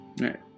right